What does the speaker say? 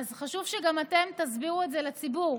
אז חשוב שגם אתם תסבירו את זה לציבור.